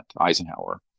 Eisenhower